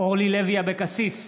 אורלי לוי אבקסיס,